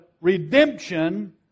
redemption